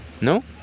No